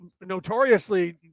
notoriously